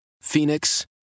Phoenix